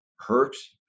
hurts